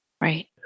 Right